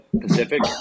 Pacific